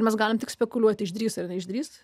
mes galime tik spekuliuoti išdrįs ar neišdrįs